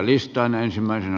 arvoisa puhemies